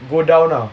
go down ah